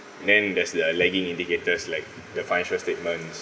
then there's the lagging indicators like the financial statements